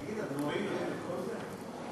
תגיד, הדבורים יודעות את כל זה?